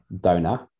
donor